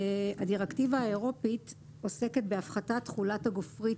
הדירקטיבה האירופית עוסקת בהפחתת תחולת הגופרית